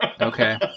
Okay